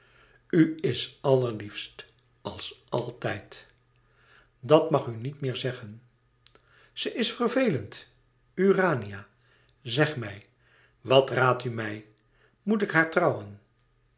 is allerliefst als altijd dat mag u niet meer zeggen ze is vervelend urania zeg mij wat raadt u mij moet ik haar trouwen